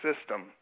system